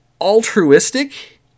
altruistic